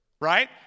Right